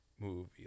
movie